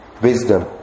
wisdom